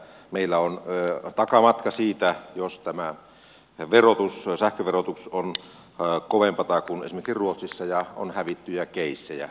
meillä on takamatka siinä jos tämä sähköverotus on kovempaa kuin esimerkiksi ruotsissa ja on hävittyjä keissejä